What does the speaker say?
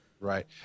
Right